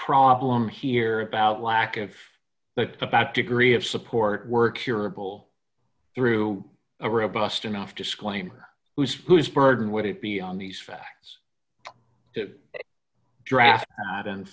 problem here about lack of about degree of support were curable through a robust enough disclaimer whose whose burden would it be on these facts to drag out and